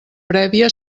prèvia